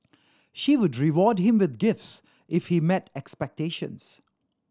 she would reward him with gifts if he met expectations